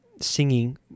Singing